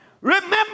Remember